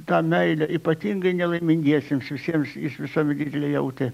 tą meilę ypatingai nelaimingiesiems visiems jis visada giliai jautė